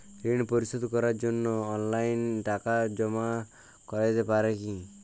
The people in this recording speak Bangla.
ঋন পরিশোধ করার জন্য অনলাইন টাকা জমা করা যেতে পারে কি?